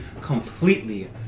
completely